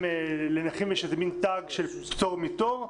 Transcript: לנכים יש איזה מין תג של פטור מתור,